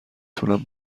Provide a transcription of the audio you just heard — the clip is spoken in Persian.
تونم